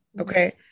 okay